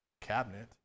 cabinet